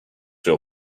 your